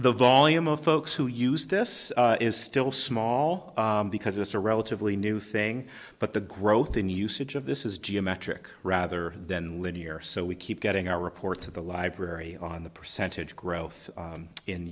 the volume of folks who use this is still small because it's a relatively new thing but the growth in usage of this is geometric rather than linear so we keep getting our reports of the library on the percentage growth